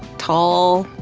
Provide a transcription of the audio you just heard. tall,